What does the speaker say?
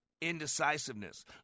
indecisiveness